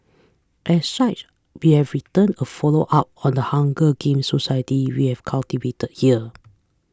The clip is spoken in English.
as such we have written a follow up on the Hunger Games society we have cultivated here